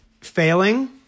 failing